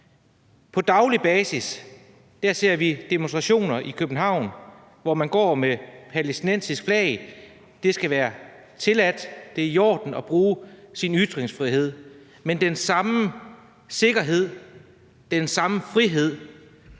På daglig basis ser vi demonstrationer i København, hvor man går med palæstinensiske flag. Det skal være tilladt, det er i orden at bruge sin ytringsfrihed, men den samme sikkerhed, den samme frihed